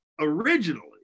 originally